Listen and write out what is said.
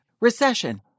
recession